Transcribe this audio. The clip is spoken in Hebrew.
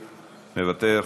מוותר,